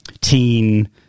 teen